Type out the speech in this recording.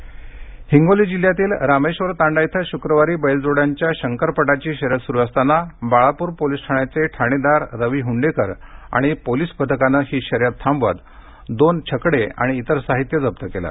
बैलांची शर्यत हिंगोली जिल्ह्यातील रामेश्वर तांडा इथं शुक्रवारी बैलजोड्यांच्या शंकरपटाची शर्यत सुरू असताना बाळापुर पोलीस ठाण्याचे ठाणेदार रवी हुंडेकर आणि पोलिस पथकान ही शर्यत थांबवत दोन छकडे आणि इतर साहित्य जप्त केलं